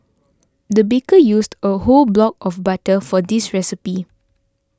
the baker used a whole block of butter for this recipe